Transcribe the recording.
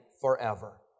forever